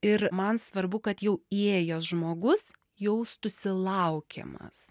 ir man svarbu kad jau įėjęs žmogus jaustųsi laukiamas